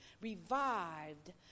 revived